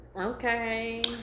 Okay